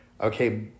okay